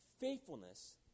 faithfulness